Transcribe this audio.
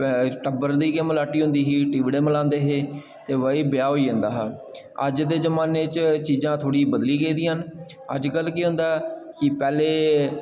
ते टब्बर दी गै मलाटी होंदी ही टिबड़े मलांदे हे ते भाई ब्याह् होई जंदा हा अज्ज दे जमानै च एह् चीजां थोह्ड़ी बदली गेदियां न अज्जकल केह् होंदा ऐ कि पैह्लें